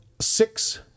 six